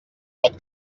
pot